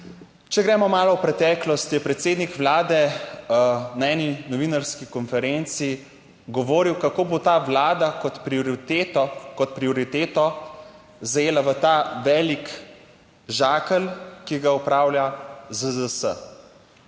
Če gremo malo v preteklost, je predsednik Vlade na eni novinarski konferenci govoril, kako bo ta Vlada kot prioriteto, kot prioriteto zajela v ta velik žakelj, ki ga opravlja ZZZS.